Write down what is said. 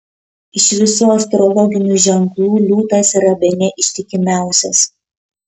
iš visų astrologinių ženklų liūtas yra bene ištikimiausias